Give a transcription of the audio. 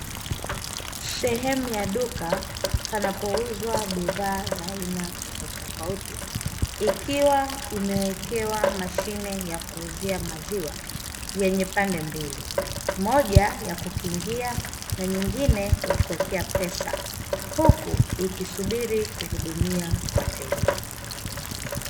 Sehemu ya duka, panapouzwa bidhaa za aina tofautitofauti, ikiwa imewekewa mashine ya kuuzia maziwa yenye pande mbili; moja ya kukingia maziwa na nyingine ya kuwekea pesa, huku ikisubiri kuhudumia wateja.